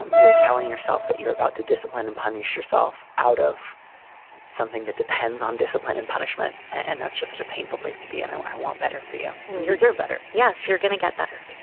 um you're telling yourself that you're about to discipline and punish yourself out of something that depends on discipline and punishment. and that's just a painful place to be and i want better for you. and you deserve better. yeah. you're gonna get better.